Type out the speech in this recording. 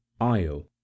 Io